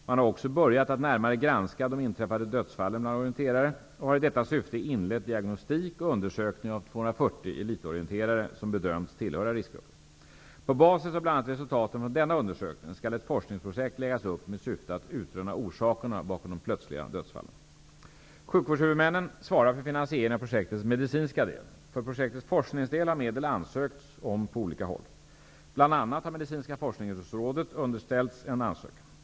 Man har också börjat att närmare granska de inträffade dödsfallen bland orienterare och har i detta syfte inlett diagnostik och undersökning av 240 På basis av bl.a. resultaten från denna undersökning skall ett forskningsprojekt läggas upp med syfte att utröna orsakerna bakom de plötsliga dödsfallen. Sjukvårdshuvudmännen svarar för finansieringen av projektets medicinska del. För projektets forskningsdel har det ansökts om medel på olika håll. Bl.a. har Medicinska forskningsrådet underställts en ansökan.